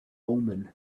omen